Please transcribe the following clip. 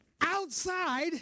outside